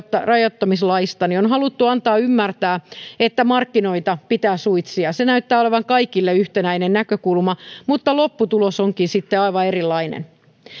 rajoittamislaista on haluttu antaa ymmärtää että markkinoita pitää suitsia se näyttää olevan kaikille yhtenäinen näkökulma mutta lopputulos onkin sitten aivan erilainen